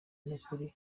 n’ukuri